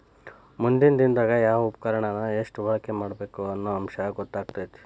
ಮುಂದಿನ ದಿನದಾಗ ಯಾವ ಉಪಕರಣಾನ ಎಷ್ಟ ಬಳಕೆ ಮಾಡಬೇಕ ಅನ್ನು ಅಂಶ ಗೊತ್ತಕ್ಕತಿ